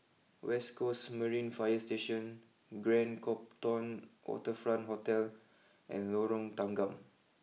West Coast Marine fire Station Grand Copthorne Waterfront Hotel and Lorong Tanggam